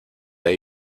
hay